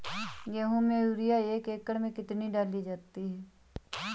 गेहूँ में यूरिया एक एकड़ में कितनी डाली जाती है?